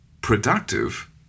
productive